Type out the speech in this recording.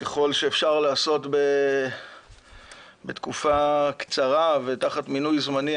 וככל שאפשר לעשות בתקופה קצרה ותחת מינוי זמני,